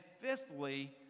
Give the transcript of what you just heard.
fifthly